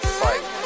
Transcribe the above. fight